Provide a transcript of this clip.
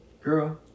girl